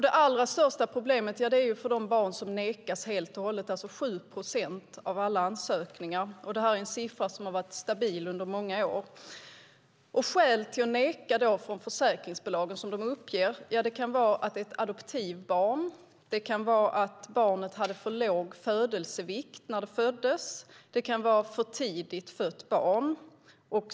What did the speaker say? Det allra största problemet gäller de barn som nekas helt och hållet, alltså 7 procent av alla ansökningar. Det här är en siffra som har varit stabil under många år. De skäl till att neka som försäkringsbolagen uppger kan vara att det är ett adoptivbarn. Det kan vara att barnet hade för låg födelsevikt när det föddes. Det kan vara ett för tidigt fött barn.